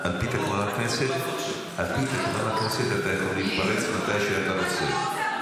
על פי תקנון הכנסת אתה יכול להתפרץ מתי שאתה רוצה.